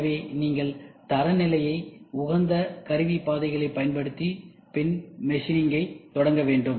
எனவே நீங்கள் தரநிலையை உகந்த கருவி பாதைகளைப் பயன்படுத்தி பின்னர் மெஷினிங்கை தொடங்கவேண்டும்